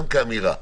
גם כאמירה.